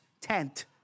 tent